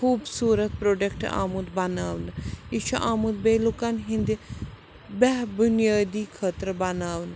خوٗبصوٗرت پرٛوڈکٹ آمُت بناونہٕ یہِ چھُ آمُت بیٚیہِ لُکن ہِنٛدِ بیٚہہ بٔنیٲدی خٲطرٕ بناونہٕ